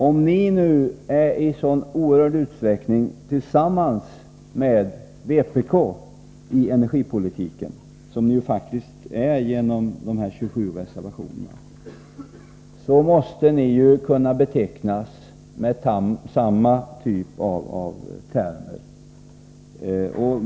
Om ni nu i sådan oerhörd utsträckning är ense med vpk om energipolitiken som de 27 gemensamma reservationerna faktiskt visar måste ni ju kunna betecknas med samma termer.